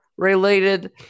related